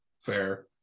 Fair